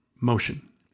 motion